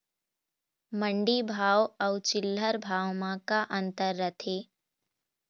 मंडी भाव अउ चिल्हर भाव म का अंतर रथे?